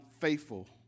faithful